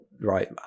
right